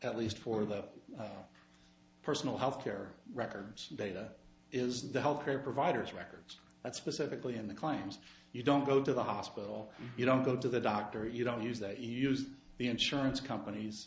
at least for the personal health care records data is the health care providers records that specifically in the clients you don't go to the hospital you don't go to the doctor you don't use that you use the insurance compan